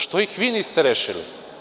Što ih vi niste rešili?